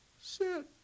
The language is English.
sit